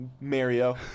Mario